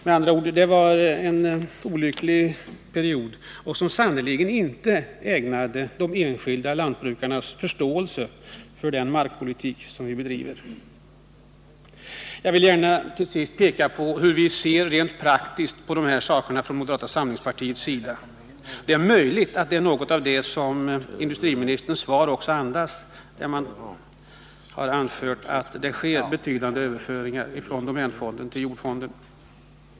Med andra ord: det var en olycklig period som sannerligen inte var ägnad att hos de enskilda lantbrukarna väcka förståelse för den markpolitik som vi bedriver. Till sist vill jag gärna tala om hur moderata samlingspartiet rent praktiskt ser på de här sakerna. Det är möjligt att industriministerns svar andas något av samma synsätt. I svaret står det nämligen att det sker betydande överföringar från domänfonden till jordfonden.